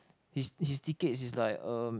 his his tickets is like um